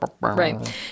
Right